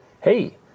Hey